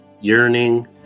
yearning